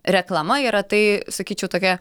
reklama yra tai sakyčiau tokia